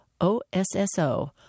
O-S-S-O